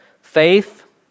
faith